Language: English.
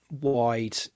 wide